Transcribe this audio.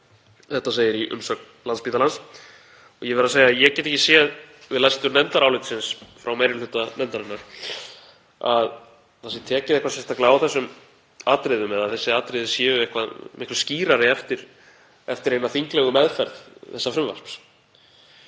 Þetta segir í umsögn Landspítalans. Ég verð að segja að ég get ekki séð við lestur nefndarálitsins frá meiri hluta nefndarinnar að tekið sé eitthvað sérstaklega á þessum atriðum eða að þessi atriði séu miklu skýrari eftir hina þinglegu meðferð þessa frumvarps.